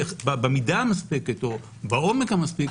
במידה מספקת או בעומק המספיק.